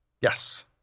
yes